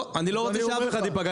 לא, אני לא רוצה שאף אחד יפגע.